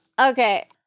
Okay